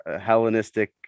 Hellenistic